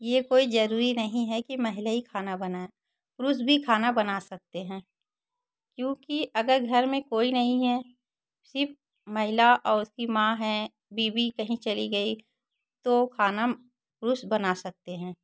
यह कोई ज़रूरी नहीं है कि महिला ही खाना बनाए पुरुष भी खाना बना सकते हैं क्योंकि अगर घर में कोई नहीं है सिर्फ महिला और उसकी माँ है बीवी कहीं चली गई तो खाना पुरुष बना सकते हैं